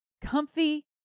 comfy